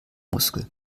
muskel